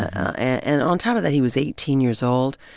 ah and on top of that, he was eighteen years old.